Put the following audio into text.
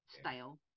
style